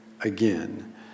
again